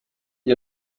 ihr